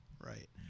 right